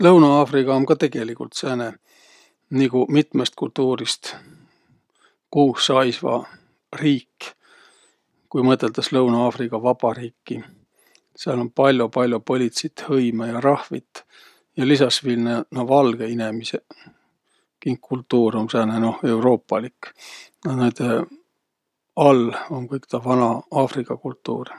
Lõuna-Afriga um ka tegeligult sääne nigu mitmõst kultuurist kuuh saisva riik, ku mõtõldas Lõunõ-Afriga Vabariiki. Sääl um pall'o-pall'o põlitsit hõimõ ja rahvit ja lisas viil na- naaq valgõq inemiseq, kink kultuur om sääne noh, euruupalik. A naidõ all um kõik taa vana, afriga kultuur.